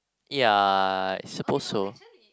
yeah I suppose so